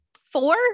four